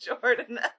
Jordan